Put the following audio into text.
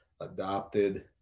adopted